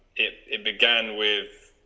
it it began with